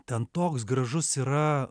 ten toks gražus yra